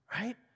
Right